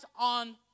on